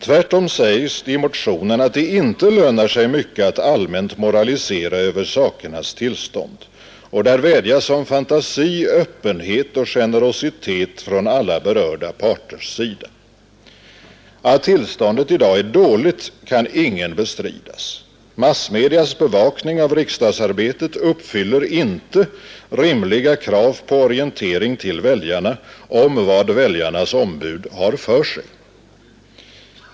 Tvärtom sägs i motionen att det inte lönar sig mycket att allmänt moralisera över sakernas tillstånd, och där vädjas om fantasi, öppenhet och generositet från alla berörda parters sida. Att tillståndet i dag är dåligt kan inte bestridas. Massmedias bevakning av riksdagsarbetet uppfyller inte rimliga krav på orientering till väljarna om vad väljarnas ombud har för sig.